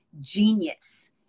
genius